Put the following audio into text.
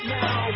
now